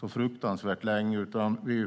så fruktansvärt länge på alla svar.